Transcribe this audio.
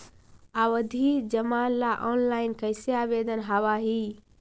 आवधि जमा ला ऑनलाइन कैसे आवेदन हावअ हई